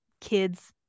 kids